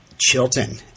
Chilton